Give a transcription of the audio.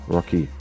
Rocky